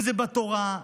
בתורה,